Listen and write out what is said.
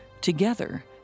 Together